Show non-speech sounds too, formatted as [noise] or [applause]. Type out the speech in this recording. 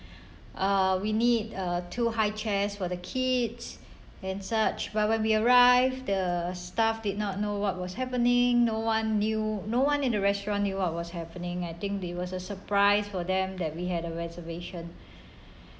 uh we need uh two high chairs for the kids and such but when we arrive the staff did not know what was happening no one knew no one in the restaurant knew what was happening I think they was a surprise for them that we had a reservation [breath]